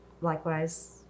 Likewise